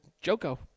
Joko